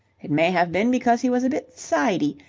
it may have been because he was a bit sidey.